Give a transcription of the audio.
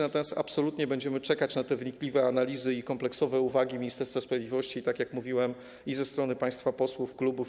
Natomiast absolutnie będziemy czekać na te wnikliwe analizy i kompleksowe uwagi Ministerstwa Sprawiedliwości, tak jak mówiłem, także ze strony państwa posłów i klubów.